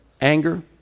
anger